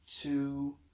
two